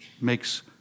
makes